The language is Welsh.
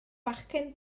fachgen